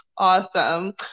Awesome